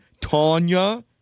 Tanya